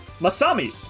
Masami